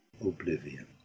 oblivion